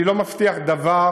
אני לא מבטיח דבר